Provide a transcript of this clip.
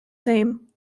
same